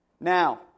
Now